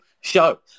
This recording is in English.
show